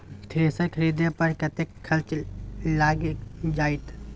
Thresher खरीदे पर कतेक खर्च लाईग जाईत?